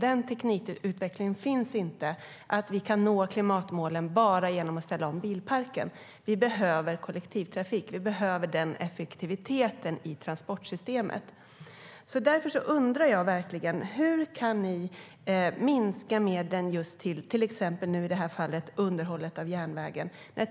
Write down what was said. Den teknikutvecklingen finns inte att vi kan nå klimatmålen bara genom att ställa om bilparken. Vi behöver kollektivtrafik. Vi behöver den effektiviteten i transportsystemet. Därför undrar jag verkligen: Hur kan ni minska medlen till exempel till underhållet av järnvägen?